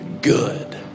good